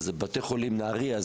בתי החולים נהריה,